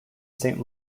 saint